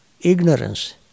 ignorance